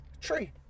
Tree